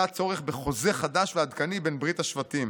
היה צורך בחוזה חדש ועדכני בין ברית השבטים.